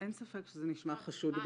אין ספק שזה נשמע חשוד ביותר.